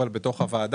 אבל הוא בתוך הוועדה,